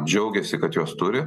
džiaugiasi kad juos turi